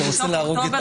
זה בסוף אוקטובר.